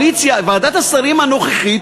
ועדת השרים הנוכחית,